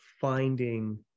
finding